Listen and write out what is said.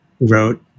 wrote